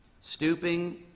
Stooping